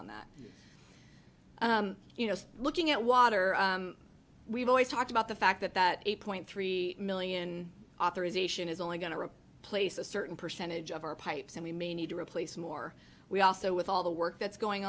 on that you know just looking at water we've always talked about the fact that that eight point three million authorization is only going to place a certain percentage of our pipes and we may need to replace more we also with all the work that's going